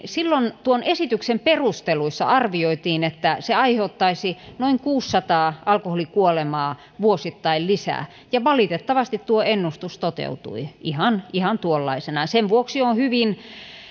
silloin tuon esityksen perusteluissa arvioitiin että se aiheuttaisi noin kuusisataa alkoholikuolemaa vuosittain lisää ja valitettavasti tuo ennustus toteutui ihan ihan tuollaisenaan sen vuoksi on hyvin